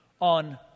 on